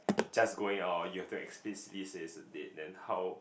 just going out you have to explicitly say it's a date then how